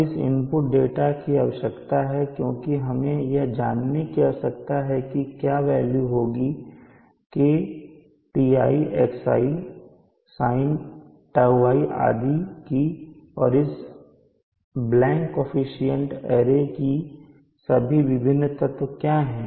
अब इस input data की आवश्यकता है क्योंकि हमें यह जानने की आवश्यकता है कि क्या वेल्यू होगी KTi xi sinτi आदि की और इस ब्लैंक कोअफिशन्ट अरे की के सभी विभिन्न तत्व क्या हैं